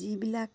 যিবিলাক